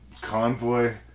convoy